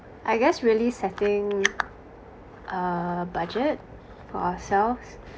I guess really setting a budget for ourselves